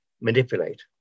manipulate